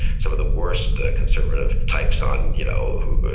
some of the worst ah conservative types on, you know, who